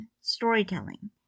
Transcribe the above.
storytelling